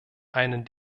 einen